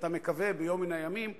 שאתה מקווה שביום מן הימים יכשיל,